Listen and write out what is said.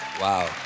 Wow